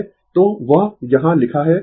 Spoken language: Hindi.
तो वह यहाँ लिखा है